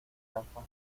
gafas